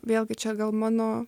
vėlgi čia gal mano